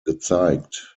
gezeigt